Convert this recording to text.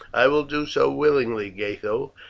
i will do so willingly, gatho.